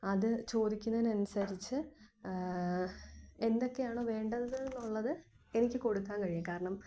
അത് ചോദിക്കുന്നതിനനുസരിച്ച് എന്തൊക്കെയാണ് വേണ്ടതെന്നുള്ളത് എനിക്ക് കൊടുക്കാന് കഴിയും കാരണം